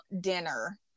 dinner